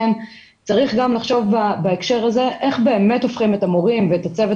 צריך גם לחשוב בהקשר הזה איך באמת הופכים את המורים ואת הצוות